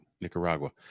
Nicaragua